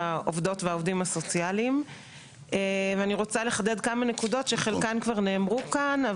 אני רוצה לחדד כמה נקודות שחלקן כבר נאמרו כאן,